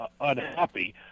unhappy